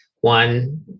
one